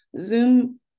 Zoom